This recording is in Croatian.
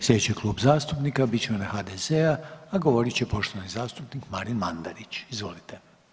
Slijedeći Klub zastupnika bit će onaj HDZ-a, a govorit će poštovani zastupnik Marin Mandarić, izvolite.